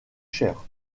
chers